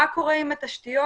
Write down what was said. מה קורה עם התשתיות?